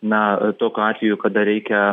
na tokiu atveju kada reikia